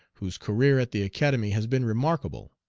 whose career at the academy has been remarkable.